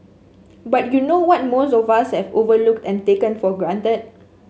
but you know what most of us have overlooked and taken for granted